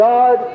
God